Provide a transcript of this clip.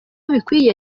bikwiye